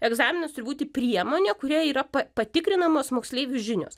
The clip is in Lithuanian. egzaminas turi būti priemonė kuria yra pa patikrinamos moksleivių žinios